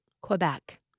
Quebec